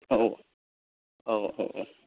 औ औ